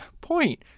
point